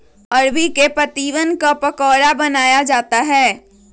अरबी के पत्तिवन क पकोड़ा बनाया जाता है